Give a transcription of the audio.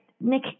Nick